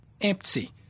empty